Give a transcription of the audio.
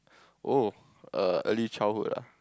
oh err early childhood ah